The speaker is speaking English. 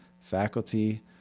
faculty